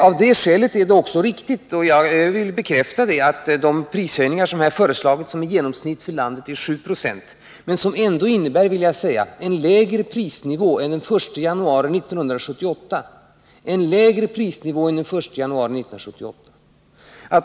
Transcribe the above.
Av det skälet är det också riktigt — jag vill bekräfta det — att de föreslagna prishöjningarna på i genomsnitt 7 26 innebär en lägre prisnivå än den som gällde för den 1 januari 1978. För vissa sträckor rör det sig nämligen om ganska små höjningar.